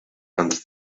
and